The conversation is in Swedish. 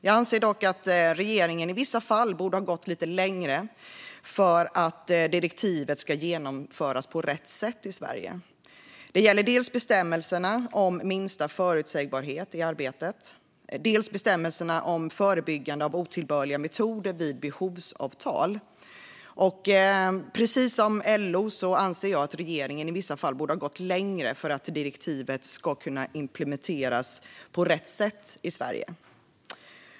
Jag anser dock att regeringen i vissa fall borde ha gått lite längre för att direktivet ska genomföras på rätt sätt i Sverige. Det gäller dels bestämmelserna om minsta förutsägbarhet i arbetet, dels bestämmelserna om förebyggande av otillbörliga metoder vid behovsavtal. Precis som LO anser jag att regeringen i vissa fall borde ha gått längre för att direktivet ska kunna implementeras på rätt sätt i Sverige.